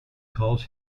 calls